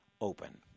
open